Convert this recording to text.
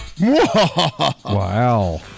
Wow